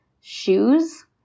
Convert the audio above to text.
Shoes